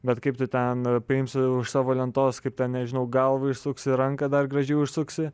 bet kaip tu ten paimsi už savo lentos kaip ten nežinau galvą išsuksi ranką dar gražiau išsuksi